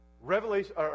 Revelation